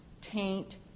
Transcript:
taint